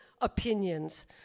opinions